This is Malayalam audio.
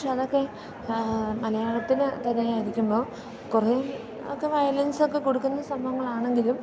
പക്ഷെ അതൊക്കെ മലയാളത്തിന് തന്നെ ഞാൻ ഇരിക്കുമ്പോൾ കുറേ ഒക്കെ വയലൻസ് ഒക്കെ കൊടുക്കുന്ന സംഭവങ്ങളാണെങ്കിലും